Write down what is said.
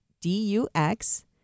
D-U-X